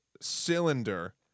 cylinder